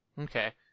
Okay